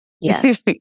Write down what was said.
Yes